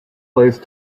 place